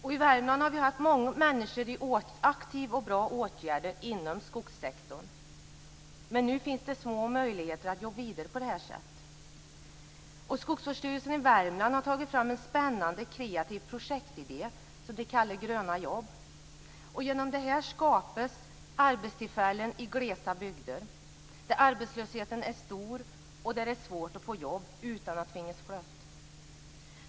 I Värmland har vi haft många människor i aktiva och bra åtgärder inom skogssektorn, men nu finns det små möjligheter att gå vidare på det här sättet. Skogsvårdsstyrelsen i Värmland har tagit fram en spännande, kreativ projektidé som den kallar Gröna jobb. Genom det här skapas arbetstillfällen i glesbygder där arbetslösheten är stor och där det är svårt att få jobb utan att tvingas flytta.